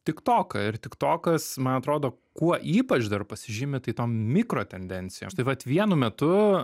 tik toką ir tik tokas man atrodo kuo ypač dar pasižymi tai tom mikro tendencijo š tai vat vienu metu